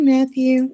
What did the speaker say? Matthew